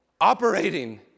operating